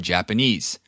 Japanese